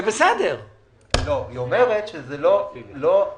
היא אומרת שזה לא כמות